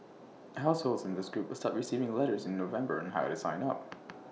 households in this group will start receiving letters in November on how to sign up